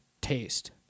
taste